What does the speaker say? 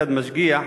חשד משגיח,